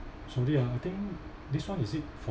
sorry ah I think this one is it for